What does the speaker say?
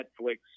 Netflix